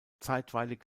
zeitweilig